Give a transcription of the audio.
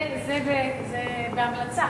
זה בהמלצה.